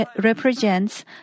represents